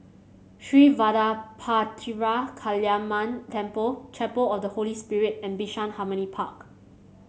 Sri Vadapathira Kaliamman Temple Chapel of the Holy Spirit and Bishan Harmony Park